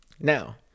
Now